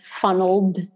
funneled